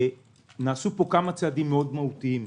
נעשו פה כמה צעדים מאוד מהותיים.